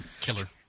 killer